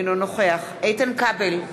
אינו נוכח איתן כבל,